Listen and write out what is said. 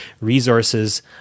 resources